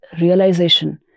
realization